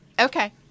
Okay